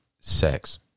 sex